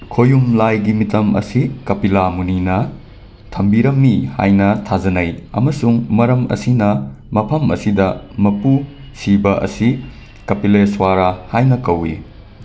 ꯈꯣꯌꯨꯝ ꯂꯥꯏꯒꯤ ꯃꯤꯇꯝ ꯑꯁꯤ ꯀꯄꯤꯂꯥ ꯃꯨꯅꯤꯅ ꯊꯝꯕꯤꯔꯝꯃꯤ ꯍꯥꯏꯅ ꯊꯥꯖꯅꯩ ꯑꯃꯁꯨꯡ ꯃꯔꯝ ꯑꯁꯤꯅ ꯃꯐꯝ ꯑꯁꯤꯗ ꯃꯄꯨ ꯁꯤꯕ ꯑꯁꯤ ꯀꯄꯤꯂꯦꯁ꯭ꯋꯥꯔꯥ ꯍꯥꯏꯅ ꯀꯧꯋꯤ